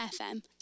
FM